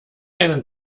einen